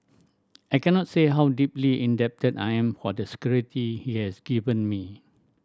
I cannot say how deeply indebted I am for the security he has given me